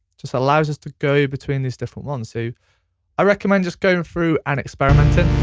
just allows us to go between these different ones. so i recommend just going through and experimenting.